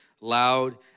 loud